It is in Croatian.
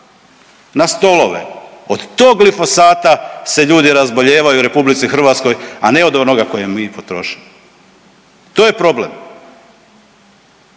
na stolove, od tog glifosata se ljudi razboljevaju u RH, a ne od onoga koji mi potrošimo, to je problem.